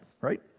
right